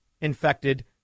infected